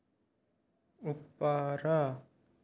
ଉପର